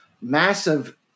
massive